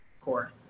core